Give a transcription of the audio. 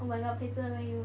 oh my god Peizhen where are you